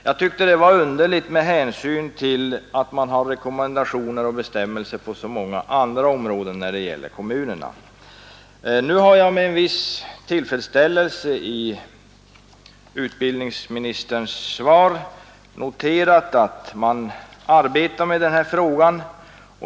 Jag tyckte det var underligt med hänsyn till att man har rekommendationer och bestämmelser på många andra områden när det gäller kommunerna. Nu har jag med en viss tillfredsställelse i utbildningsministerns svar noterat att man arbetar med den här frågan.